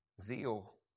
zeal